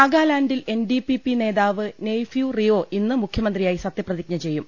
നാഗാലാന്റിൽ N D P P നേതാവ് നെയ്ഫ്യൂ റിയോ ഇന്ന് മുഖ്യമന്ത്രിയായി സത്യപ്രതിജ്ഞ ചെയ്യും